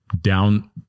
down